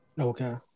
Okay